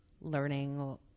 learning